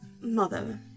Mother